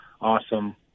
awesome